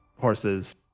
horses